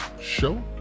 show